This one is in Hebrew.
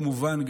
כמובן,